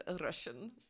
Russian